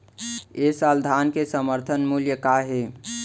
ए साल धान के समर्थन मूल्य का हे?